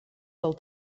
del